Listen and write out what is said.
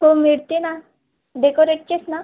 हो मिळते ना डेकोरेटचेच ना